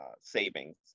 Savings